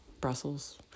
Brussels